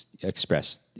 express